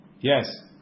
Yes